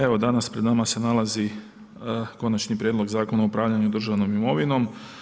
Evo, danas, pred nama se nalazi Konačni prijedlog Zakona o upravljanju državnom imovinom.